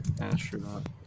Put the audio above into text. astronaut